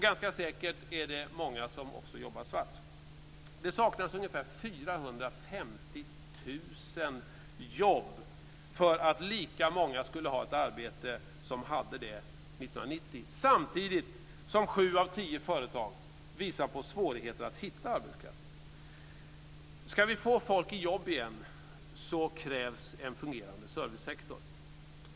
Ganska säkert är det också många som jobbar svart. Det saknas ungefär 450 000 jobb för att lika många som år 1990 skulle ha ett arbete; detta samtidigt som sju av tio företag visar på svårigheter att hitta arbetskraft. Ska vi få folk i jobb igen krävs en fungerande servicesektor.